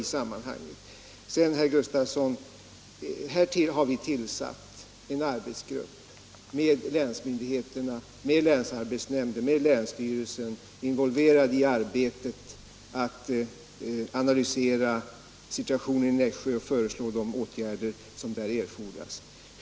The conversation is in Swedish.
Härtill har vi, herr Gustavsson, tillsatt en arbetsgrupp med länsmyndigheterna, länsarbetsnämnden och länsstyrelsen involverade i arbetet att analysera situationen i Nässjö och föreslå de åtgärder som där erfordras.